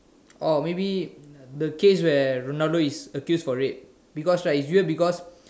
oh maybe the case where ronaldo is accused for rape because right it's either because